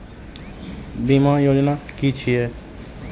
बीमा योजना कि छिऐ?